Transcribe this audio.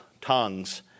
tongues